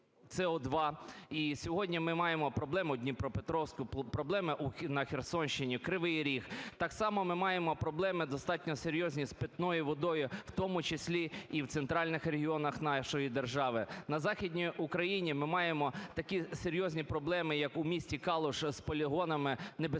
і сьогодні ми маємо проблему в Дніпропетровську, проблеми на Херсонщині, Кривий Ріг, так само ми маємо проблеми достатньо серйозні з питною водою, в тому числі і в центральних регіонах нашої держави. На Західній Україні ми маємо такі серйозні проблеми, як у місті Калуш, із полігонами небезпечних